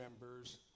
members